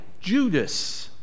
Judas